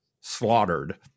slaughtered